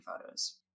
photos